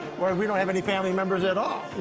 where we don't have any family members at all.